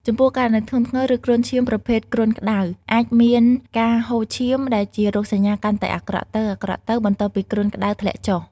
ចំពោះករណីធ្ងន់ធ្ងរ ឬគ្រុនឈាមប្រភេទគ្រុនក្តៅ អាចមានការហូរឈាម ដែលជារោគសញ្ញាកាន់តែអាក្រក់ទៅៗ បន្ទាប់ពីគ្រុនក្តៅធ្លាក់ចុះ។